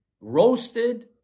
roasted